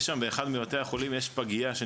יש שם באחד מבתי החולים פגייה עם